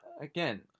again